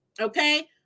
okay